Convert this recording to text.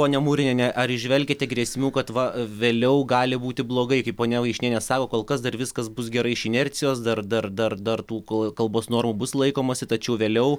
pone muriniene ar įžvelgiate grėsmių kad va vėliau gali būti blogai kaip ponia vaišniene sako kol kas dar viskas bus gerai iš inercijos dar dar dar tų kalbos normų bus laikomasi tačiau vėliau